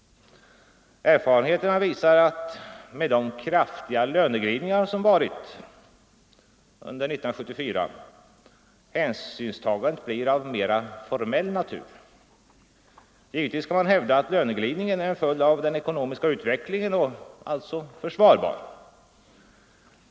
Erfarenheterna visar att, med de kraftiga löneglidningar som förekommit under 1974, hänsynstagandet blir av mera formell art. Givetvis kan man hävda att löneglidningen är en följd av den ekonomiska utvecklingen och därför försvarbar.